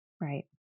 Right